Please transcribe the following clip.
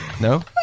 No